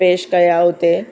पेश कया उते